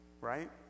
Right